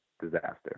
disaster